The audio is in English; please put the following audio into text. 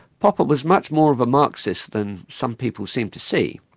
popper was much more of a marxist than some people seem to see.